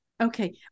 Okay